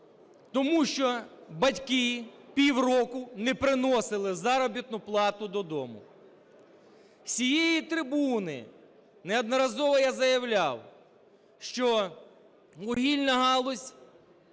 тому що батьки півроку не приносили заробітну плату до дому. З цієї трибуни неодноразово я заявляв, що вугільна галузь